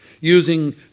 Using